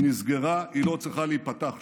היא נסגרה, היא לא צריכה להיפתח שם.